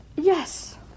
Yes